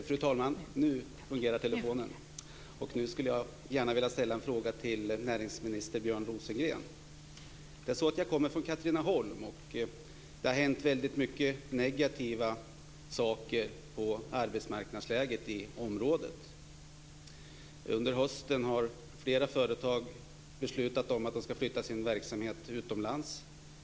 Fru talman! Jag skulle gärna vilja ställa en fråga till näringsminister Björn Rosengren. Det är så att jag kommer från Katrineholm. Det har hänt väldigt många negativa saker vad gäller arbetsmarknadsläget i området. Under hösten har flera företag beslutat att de ska flytta sin verksamhet utomlands.